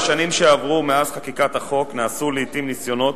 בשנים שעברו מאז חקיקת החוק נעשו לעתים ניסיונות